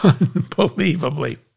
unbelievably